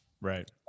Right